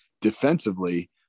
defensively